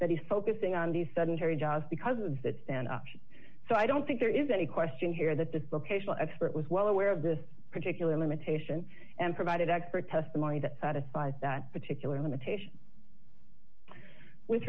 that he's focusing on the sudden terri jobs because that's an option so i don't think there is any question here that the locational expert was well aware of this particular limitation and provided expert testimony that satisfies that particular limitation with